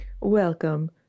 Welcome